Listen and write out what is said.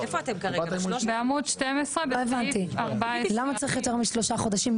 לא הבנתי, למה צריך יותר משלושה חודשים?